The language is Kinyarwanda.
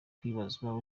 kwibazwa